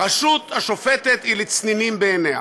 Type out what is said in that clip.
הרשות השופטת היא לצנינים בעיניה.